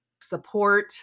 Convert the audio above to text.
support